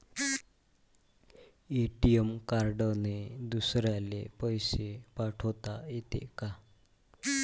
ATM कार्डने दुसऱ्याले पैसे पाठोता येते का?